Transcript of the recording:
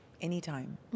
anytime